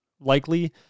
likely